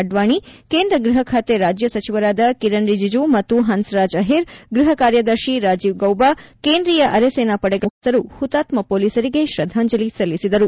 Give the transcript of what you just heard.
ಅಡ್ವಾಣಿ ಕೇಂದ್ರ ಗೃಹ ಖಾತೆ ರಾಜ್ಯ ಸಚಿವರಾದ ಕಿರಣ್ ರಿಜಿಜು ಮತ್ತು ಹನ್ಸ್ರಾಜ್ ಅಹಿರ್ ಗೃಹ ಕಾರ್ಯದರ್ಶಿ ರಾಜೀವ್ ಗೌಬಾ ಕೇಂದ್ರೀಯ ಅರೆಸೇನಾ ಪಡೆಗಳ ಎಲ್ಲ ಮುಖ್ಯಸ್ಥರು ಹುತಾತ್ಮ ಪೊಲೀಸರಿಗೆ ಶ್ರದ್ದಾಂಜಲಿ ಸಲ್ಲಿಸಿದರು